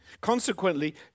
Consequently